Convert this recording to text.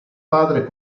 padre